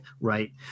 right